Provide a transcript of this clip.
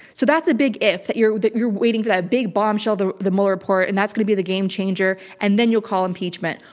so that's a big if, that you're that you're waiting for that big bombshell, the the mueller report, and that's going to be the game changer. and then you'll call impeachment.